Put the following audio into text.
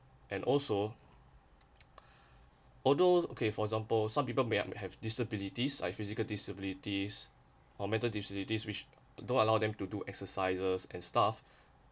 and also although okay for example some people may have disabilities like physical disabilities or mental disabilities which don't allow them to do exercises and stuff